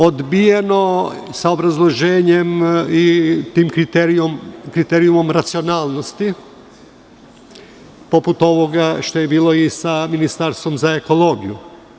Odbijeno je, sa obrazloženjem i tim kriterijumom racionalnosti poput ovoga što je bilo i sa ministarstvom za ekologiju.